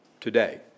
today